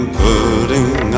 putting